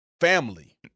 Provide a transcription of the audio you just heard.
family